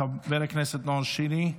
חבר הכנסת נאור שירי,